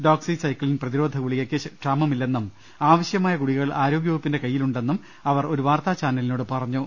doxy cyclin പ്രതിരോധ ഗുളികയ്ക്ക് ക്ഷാമമില്ലെന്നും ആവശ്യമായ ഗുളികകൾ ആരോഗ്യവകുപ്പിന്റെ കയ്യിലുണ്ടെന്നും അവർ ഒരു വാർത്താചാനലിനോട് പറഞ്ഞു